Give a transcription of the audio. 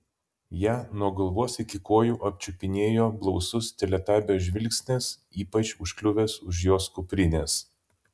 ją nuo galvos iki kojų apčiupinėjo blausus teletabio žvilgsnis ypač užkliuvęs už jos kuprinės